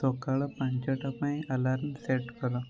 ସକାଳ ପାଞ୍ଚଟା ପାଇଁ ଆଲାର୍ମ ସେଟ୍ କର